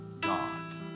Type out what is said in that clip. God